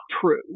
true